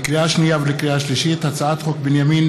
לקריאה שנייה ולקריאה שלישית: הצעת חוק בנימין